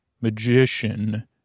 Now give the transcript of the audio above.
magician